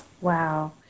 Wow